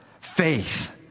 Faith